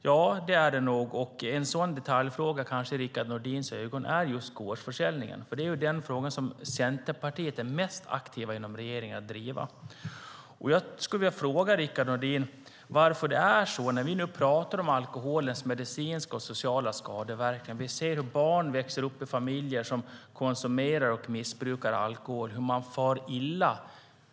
Ja, det är det nog, och en sådan detaljfråga, i Rickard Nordins ögon, är gårdsförsäljningen. Det är den fråga som Centerpartiet är mest aktivt inom regeringen att driva. Varför är det så, Rickard Nordin? Vi känner väl till alkoholens medicinska och sociala skadeverkningar, och vi ser hur barn som växer upp i familjer som konsumerar och missbrukar alkohol far illa.